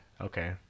Okay